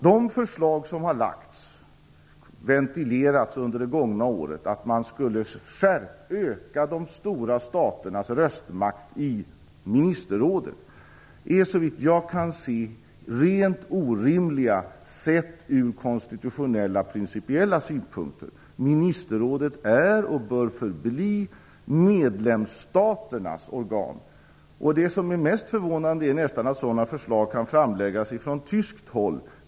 De förslag som har ventilerats under det gångna året om att man skulle öka de stora staternas röstmakt i ministerrådet är såvitt jag kan se rent orimliga ur konstitutionella och principiella synpunkter. Ministerrådet är och bör förbli medlemsstaternas organ. Det mest förvånande är nästan att sådana förslag kan framläggas från tyskt håll.